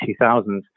2000s